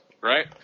right